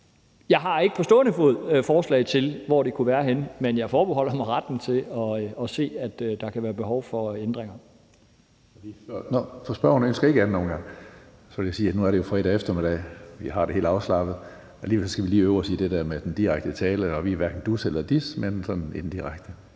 Jeg har ikke på stående fod forslag til, hvor det kunne være henne, men jeg forbeholder mig retten til at se, at der kan være behov for ændringer. Kl. 12:45 Tredje næstformand (Karsten Hønge): Spørgeren ønsker ikke ordet i anden omgang. Så vil jeg sige, at nu er det jo fredag eftermiddag og vi har det helt afslappet, men alligevel skal vi øve os lidt i det der med ikke at bruge direkte tiltale, og vi er hverken dus eller des, men vi